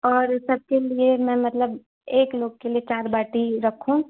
और सबके लिए मैं मतलब एक लोग के लिए चार बाटी रखूँ